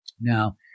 Now